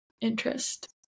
interest